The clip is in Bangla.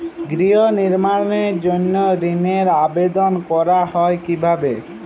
গৃহ নির্মাণের জন্য ঋণের আবেদন করা হয় কিভাবে?